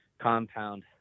compound